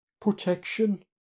Protection